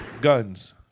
guns